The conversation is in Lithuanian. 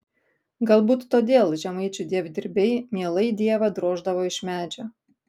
galbūt todėl žemaičių dievdirbiai mielai dievą droždavo iš medžio